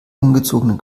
ungezogene